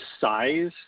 size